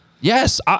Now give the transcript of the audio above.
Yes